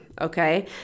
okay